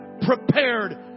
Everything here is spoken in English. prepared